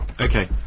Okay